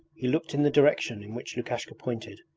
he looked in the direction in which lukashka pointed,